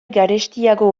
garestiago